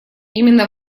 именно